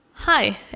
Hi